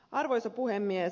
arvoisa puhemies